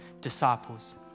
disciples